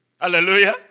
Hallelujah